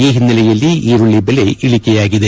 ಈ ಹಿನ್ನೆಲೆಯಲ್ಲಿ ಈರುಳ್ಳಿ ಬೆಲೆ ಇಳಿಕೆಯಾಗಿದೆ